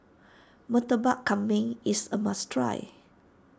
Murtabak Kambing is a must try